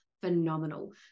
phenomenal